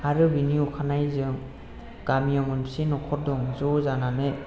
आरो बिनि अखानायै जों गामियाव मोनबेसे नखर दं ज' जानानै